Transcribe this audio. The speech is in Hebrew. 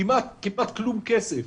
כמעט כלום כסף.